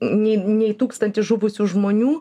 nei nei tūkstantis žuvusių žmonių